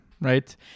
right